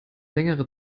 längere